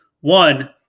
One